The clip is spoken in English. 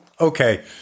okay